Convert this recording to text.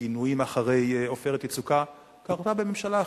הגינויים אחרי "עופרת יצוקה" קרה בממשלה אחרת,